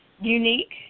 Unique